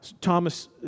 Thomas